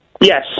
yes